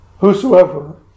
Whosoever